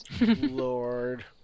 Lord